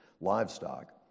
livestock